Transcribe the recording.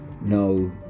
no